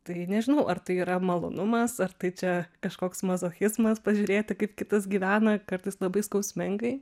tai nežinau ar tai yra malonumas ar tai čia kažkoks mazochizmas pažiūrėti kaip kitas gyvena kartais labai skausmingai